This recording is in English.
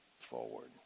forward